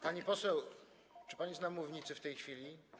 Pani poseł, czy pani jest na mównicy w tej chwili?